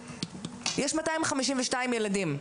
יש מאתיים חמישים ושניים ילדים,